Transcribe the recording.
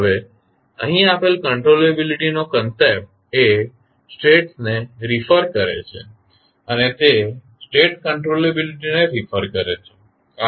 હવે અહીં આપેલ કંટ્રોલેબીલીટીનો કંસેપ્ટ એ સ્ટેટ્સ ને રીફર કરે છે અને તે સ્ટેટ કંટ્રોલેબીલીટી ને રીફર કરે છે